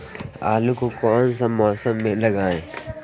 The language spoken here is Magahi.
आलू को कौन सा मौसम में लगाए?